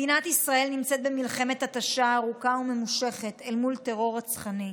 מדינת ישראל נמצאת במלחמת התשה ארוכה וממושכת מול טרור רצחני.